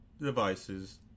devices